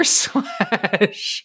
slash